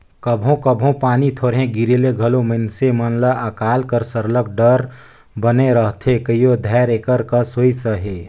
कभों कभों पानी थोरहें गिरे ले घलो मइनसे मन ल अकाल कर सरलग डर बने रहथे कइयो धाएर एकर कस होइस अहे